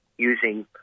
using